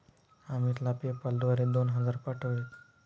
अमितला पेपाल द्वारे दोन हजार पाठवावेत